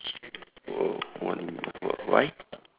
oh why